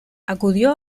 acudió